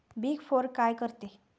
Big four काय करते?